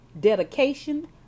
dedication